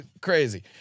Crazy